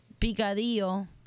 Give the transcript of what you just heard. picadillo